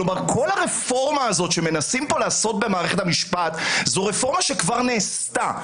כלומר כל הרפורמה הזו שמנסים לעשות במערכת המשפט זו רפורמה שכבר נעשתה.